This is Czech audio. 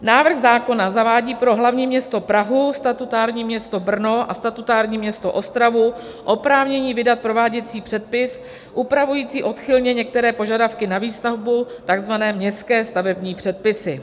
Návrh zákona zavádí pro hlavní město Prahu, statutární město Brno a statutární město Ostravu oprávnění vydat prováděcí předpis upravující odchylně některé požadavky na výstavbu, takzvané městské stavební předpisy.